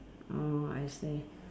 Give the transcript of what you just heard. oh I see